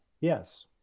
Yes